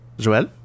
Joel